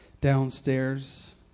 downstairs